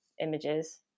images